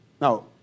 Now